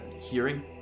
hearing